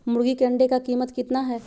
मुर्गी के अंडे का कीमत कितना है?